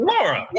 Laura